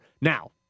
now